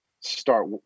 start